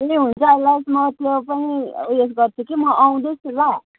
ए हुन्छ लाइक म त्यो पनि उयो गर्छु कि म आउँदैछु ल